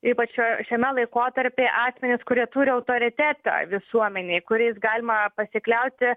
ypačiai šiame laikotarpyje asmenis kurie turi autoritetą visuomenėj kuriais galima pasikliauti